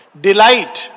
Delight